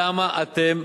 למה אתם,